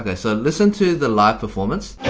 ah so listen to the live performance.